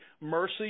mercy